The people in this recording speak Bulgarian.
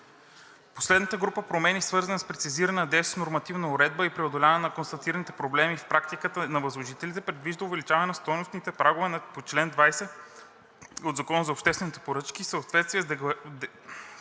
Последната група промени, свързани с прецизиране на действащата нормативна уредба и преодоляване на констатираните проблеми в практиката на възложителите, предвижда увеличаване на стойностните прагове по чл. 20 от Закона за обществените поръчки в съответствие с делегираните